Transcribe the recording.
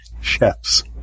Chefs